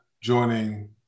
joining